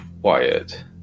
quiet